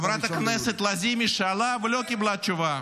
חברת הכנסת לזימי שאלה ולא קיבלה תשובה.